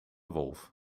wolf